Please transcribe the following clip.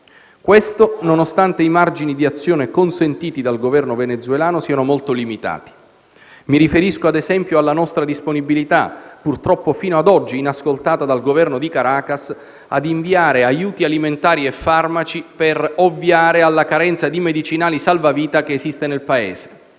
assistenza, nonostante i margini di azione consentiti dal Governo venezuelano siano molto limitati. Mi riferisco - ad esempio - alla nostra disponibilità, purtroppo fino a oggi inascoltata dal Governo di Caracas, a inviare aiuti alimentari e farmaci per ovviare alla carenza di medicinali salvavita che esiste nel Paese.